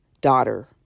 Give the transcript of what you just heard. daughter